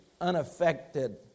unaffected